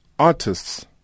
Artists